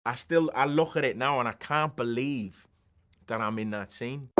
i still, i look at it now and i can't believe that i'm in that scene.